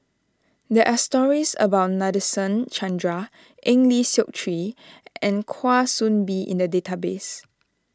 there are stories about Nadasen Chandra Eng Lee Seok Chee and Kwa Soon Bee in the database